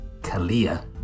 Kalia